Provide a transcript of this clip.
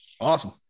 Awesome